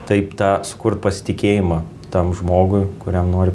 taip tą sukurt pasitikėjimą tam žmogui kuriam nori